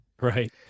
right